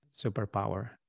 Superpower